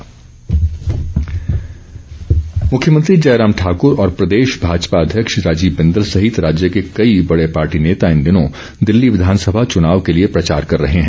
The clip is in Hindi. जयराम मुख्यमंत्री जयराम ठाकुर और प्रदेश भाजपा अध्यक्ष राजीव बिंदल सहित राज्य के कई बड़े पार्टी नेता इन दिनों दिल्ली विधानसभा चुनाव के लिए प्रचार कर रहे हैं